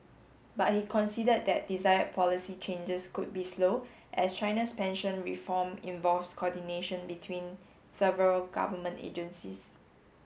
but he conceded that desired policy changes could be slow as China's pension reform involves coordination between several government agencies